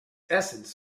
essence